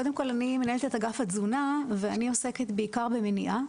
קודם כל אני מנהלת את אגף התזונה ואני עוסקת בעיקר במניעה,